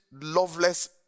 loveless